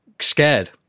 scared